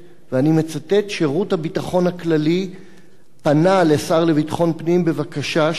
ואני מצטט: "שירות הביטחון הכללי פנה לשר לביטחון פנים בבקשה שיורה